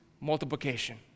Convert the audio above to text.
multiplication